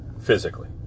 physically